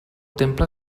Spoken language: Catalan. temple